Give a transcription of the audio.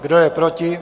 Kdo je proti?